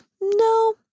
No